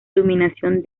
iluminación